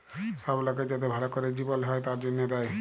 সব লকের যাতে ভাল ক্যরে জিবল হ্যয় তার জনহে দেয়